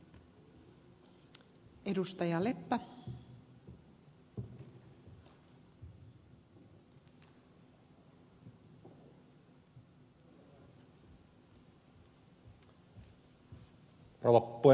rouva puhemies